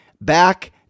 Back